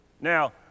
Now